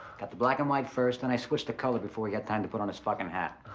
got the black and white first, then i switched to color before he got time to put on his fuckin' hat.